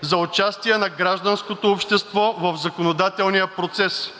за участие на гражданското общество в законодателния процес